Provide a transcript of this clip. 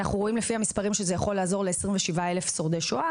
לפי המספרים אנחנו רואים שזה יכול לעזור ל-27 אלף שורדי שואה.